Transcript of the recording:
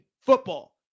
football